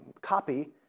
copy